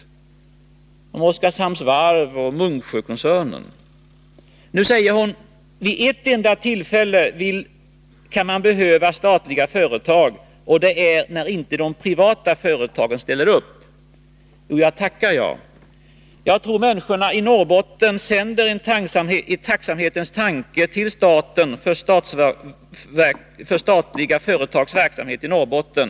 Känner inte Margaretha af Ugglas till Oskarshamns Varv och Munksjökoncernen? Nu säger hon att man kan behöva statliga företag vid ett enda tillfälle — när inte de privata företagen ställer upp. Jo, jag tackar jag! Jag tror att människorna i Norrbotten sänder en tacksamhetens tanke till staten för de statliga företagens verksamhet i Norrbotten.